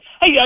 Hey